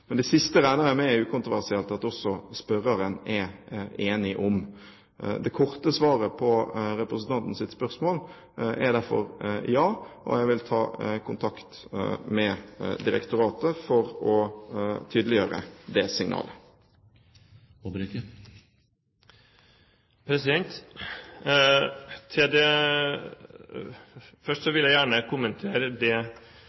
Men det siste regner jeg med er ukontroversielt, og at også spørreren er enig. Det korte svaret på representantens spørsmål er derfor ja, og jeg vil ta kontakt med direktoratet for å tydeliggjøre det signalet. Først vil jeg gjerne kommentere det momentet statsråden anfører om at Regjeringen først